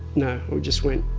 no, i just went.